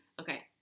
Okay